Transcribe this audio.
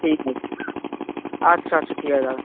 ঠিক আছে আচ্ছা আচ্ছা ঠিক আছে দাদা